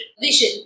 vision